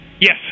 Yes